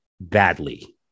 badly